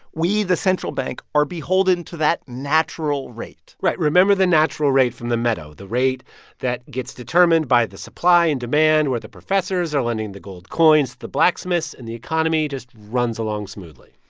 we, the central bank, are beholden to that natural rate right. remember the natural rate from the meadow, the rate that gets determined by the supply and demand where the professors are lending the gold coins to the blacksmiths and the economy just runs along smoothly.